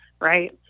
right